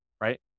right